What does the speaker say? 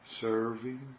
serving